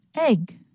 Egg